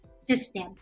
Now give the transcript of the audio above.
system